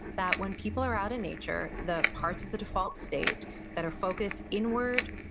that when people are out in nature, the parts of the default state that are focused inward,